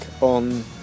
on